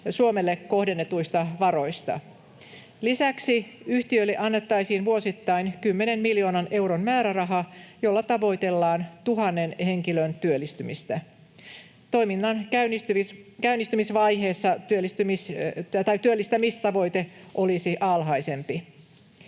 Suomelle kohdennetuista varoista. Lisäksi yhtiölle annettaisiin vuosittain 10 miljoonan euron määräraha, jolla tavoitellaan 1 000 henkilön työllistymistä. Toiminnan käynnistymisvaiheessa työllistämistavoite olisi alhaisempi.